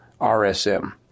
RSM